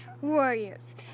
Warriors